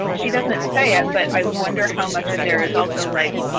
she doesn't say it. but i wonder how much of there is also like,